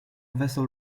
vessel